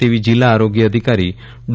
તેવી જીલ્લા આરોગ્ય અધિકારી ડો